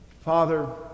father